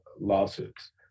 lawsuits